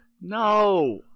No